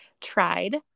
tried